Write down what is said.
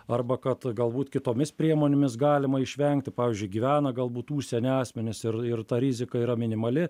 arba kad galbūt kitomis priemonėmis galima išvengti pavyzdžiui gyvena galbūt užsieny asmenys ir ir ta rizika yra minimali